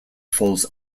falls